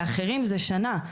לאחרים זה שנה.